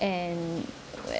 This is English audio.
and